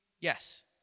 yes